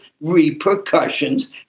repercussions